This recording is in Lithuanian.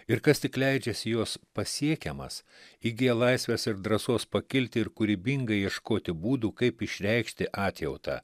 ir kas tik leidžiasi jos pasiekiamas įgyja laisvės ir drąsos pakilti ir kūrybingai ieškoti būdų kaip išreikšti atjautą